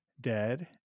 dead